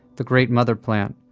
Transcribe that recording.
the great mother plant.